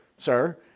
Sir